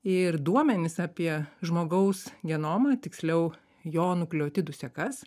ir duomenys apie žmogaus genomą tiksliau jo nukleotidų sekas